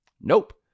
Nope